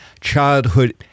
Childhood